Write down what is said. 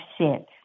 sit